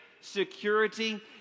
security